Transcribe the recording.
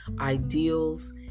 ideals